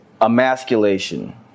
emasculation